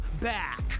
back